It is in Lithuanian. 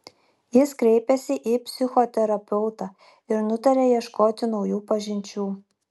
jis kreipėsi į psichoterapeutą ir nutarė ieškoti naujų pažinčių